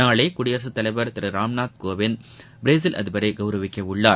நாளை குடியரசுத் தலைவர் திரு ராம்நாத் கோவிந்த் பிரேஸில் அதிபரை கவுரவிக்கவுள்ளார்